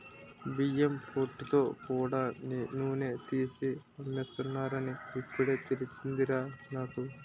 బియ్యం పొట్టుతో కూడా నూనె తీసి అమ్మేస్తున్నారని ఇప్పుడే తెలిసిందిరా నాకు